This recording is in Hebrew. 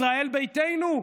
ישראל ביתנו?